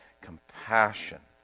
compassion